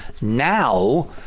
now